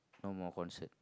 no more concert